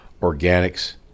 organics